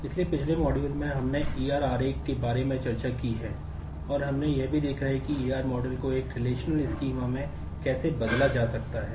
इसलिए पिछले मॉड्यूल में हमने E R आरेख में कैसे बदला जा सकता है